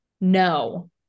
no